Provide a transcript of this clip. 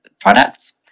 products